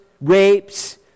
rapes